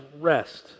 rest